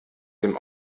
dem